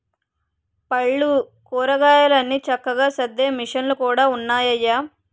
పళ్ళు, కూరగాయలన్ని చక్కగా సద్దే మిసన్లు కూడా ఉన్నాయయ్య